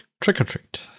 trick-or-treat